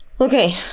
Okay